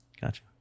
Gotcha